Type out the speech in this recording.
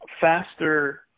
faster